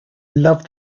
love